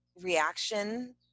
reaction